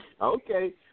Okay